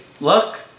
Look